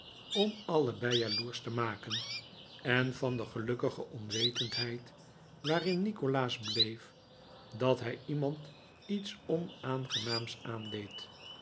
om allebei jaloersch te maken en van de gelukkige onwetendheid waarin nikolaas bleef dat hij iemand iets onaangenaams aandeed